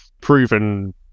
proven